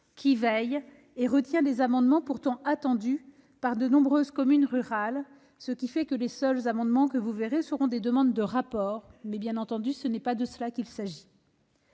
qui veille et retient des amendements pourtant attendus par de nombreuses communes rurales, ce qui fait que les seuls que vous verrez seront des demandes de rapport, mais, bien entendu, ce n'est pas de cela qu'il s'agit.